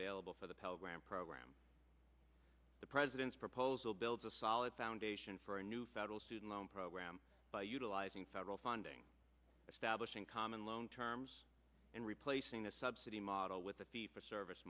available for the pell grant program the president's proposal builds a solid foundation for a new federal student loan program by utilizing federal funding establishing common loan terms and replacing the subsidy model with the fee for service